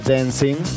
Dancing